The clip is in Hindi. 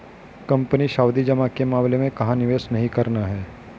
कंपनी सावधि जमा के मामले में कहाँ निवेश नहीं करना है?